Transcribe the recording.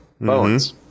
Bones